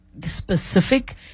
specific